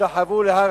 והשתחוו לה'